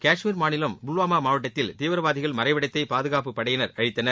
கஷ்மீர் மாநிலம் புல்வாமா மாவட்டத்தில் தீவிரவாதிகள் மறைவிடத்தை பாதுகாப்புப் படையினர் அழித்தனர்